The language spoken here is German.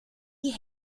die